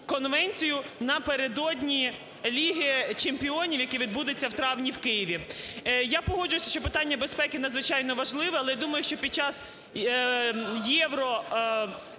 конвенцію напередодні Ліги чемпіонів, яка відбудеться у травні в Києві. Я погоджуюся, що питання безпеки надзвичайно важливе, але, думаю, що під час "Євро",